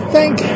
Thank